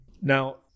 now